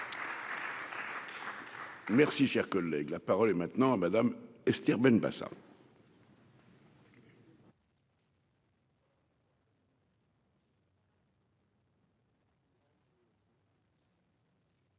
Merci, cher collègue, la parole est maintenant à Madame, Esther Benbassa.